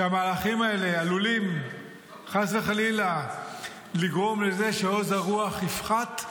שהמהלכים האלה עלולים חס וחלילה לגרום לזה שעוז הרוח יפחת?